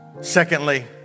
Secondly